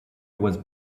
was